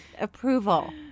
approval